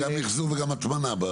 זה גם מחזור וגם הטמנה.